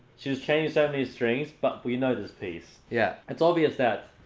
she's changing so many strings, but we know this piece. yeah. it's obvious that.